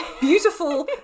beautiful